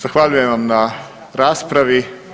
Zahvaljujem vam na raspravi.